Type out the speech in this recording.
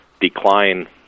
decline